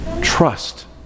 Trust